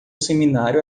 seminário